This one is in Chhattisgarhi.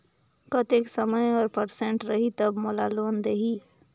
कतेक समय और परसेंट रही तब मोला लोन देही?